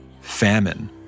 famine